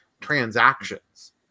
transactions